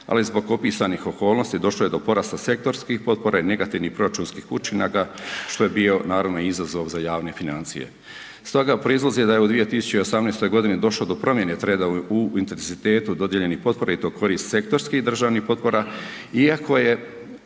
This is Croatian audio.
ali zbog opisanih okolnosti došlo je do porasta sektorskih potpora i negativnih proračunskih učinaka što je bio naravno i izazov za javne financije. Stoga proizlazi da je u 2018. godini došlo do promjene trenda u intenzitetu dodijeljenih potpora i to korist sektorskih državnih potpora iako je